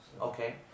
Okay